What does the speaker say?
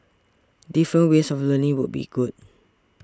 different ways of learning would be good